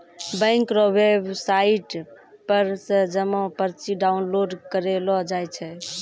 bank रो website पर से जमा पर्ची डाउनलोड करेलो जाय छै